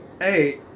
Hey